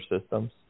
systems